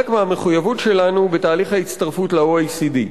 מהמחויבות שלנו בתהליך ההצטרפות ל-OECD.